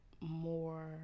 More